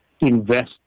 invest